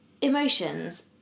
emotions